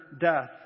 death